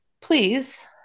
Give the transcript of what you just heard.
please